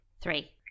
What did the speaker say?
Three